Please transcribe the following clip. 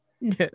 No